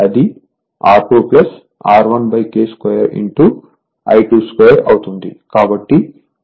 కాబట్టి K N1N2 అయితే అది R2 R1K 2 I2 2 అవుతుంది